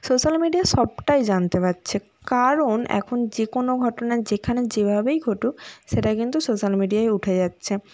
social media সবটাই জানতে পারছে কারণ এখন যে কোনও ঘটনা যেখানে যেভাবেই ঘটুক সেটা কিন্তু সোশ্যাল মিডিয়ায় উঠে যাচ্ছে